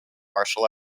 martial